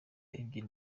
ebyiri